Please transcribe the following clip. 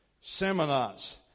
seminars